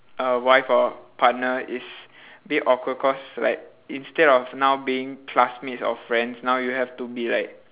a wife or partner is bit awkward cause like instead of now being classmates or friends now you have to be like